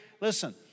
Listen